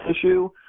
issue